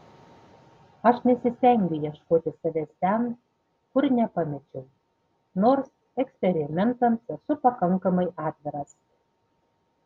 aš nesistengiu ieškoti savęs ten kur nepamečiau nors eksperimentams esu pakankamai atviras